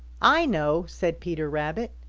i know, said peter rabbit.